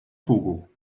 togo